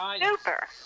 Super